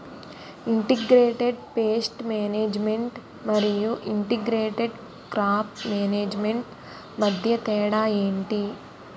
integrated pest management మరియు integrated crop management మధ్య తేడా ఏంటి